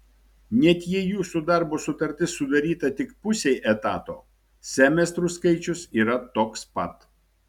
net jei jūsų darbo sutartis sudaryta tik pusei etato semestrų skaičius yra toks pat